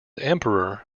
emperor